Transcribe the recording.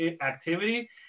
activity